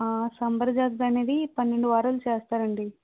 జాతర అనేది పన్నెండు వారాలు చేస్తారండి